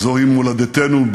בוזזים והורסים מכל